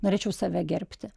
norėčiau save gerbti